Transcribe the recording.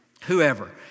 whoever